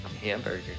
Hamburger